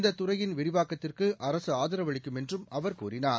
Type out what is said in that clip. இந்தத் துறையின் விரிவாக்கத்திற்கு அரசு ஆதரவளிக்கும் என்று கூறினார்